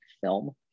film